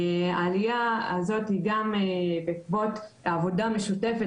העלייה הזאת היא גם בעקבות העבודה המשותפת